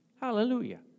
Hallelujah